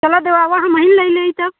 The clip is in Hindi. चलो दिवावा हमरी ले लई तब